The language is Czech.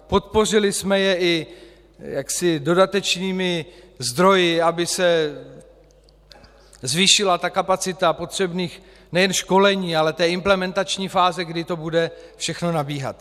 Podpořili jsme je i dodatečnými zdroji, aby se zvýšila kapacita potřebných nejen školení, ale i implementační fáze, kdy to bude všechno nabíhat.